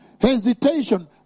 Hesitation